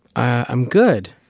i'm good.